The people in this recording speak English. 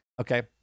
Okay